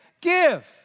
give